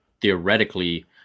theoretically